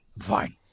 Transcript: fine